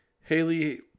Haley